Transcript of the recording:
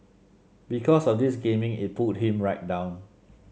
because of this gaming it pulled him right down